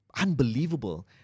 unbelievable